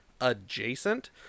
adjacent